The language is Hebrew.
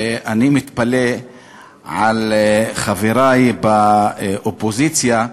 ואני מתפלא על חברי באופוזיציה,